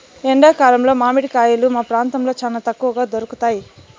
ఎండా కాలంలో మామిడి కాయలు మా ప్రాంతంలో చానా తక్కువగా దొరుకుతయ్